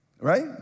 Right